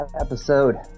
episode